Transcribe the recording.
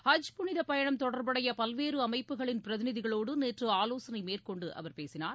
ஹஜ் புனிதப் பயணம் தொடர்புடைய பல்வேறு அமைப்புகளின் பிரதிநிதிகளோடு நேற்று ஆலோசனை மேற்கொண்டு அவர் பேசினார்